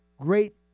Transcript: great